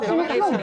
לא עשינו כלום.